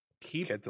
keep